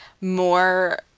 more